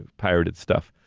pirated stuff.